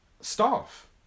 staff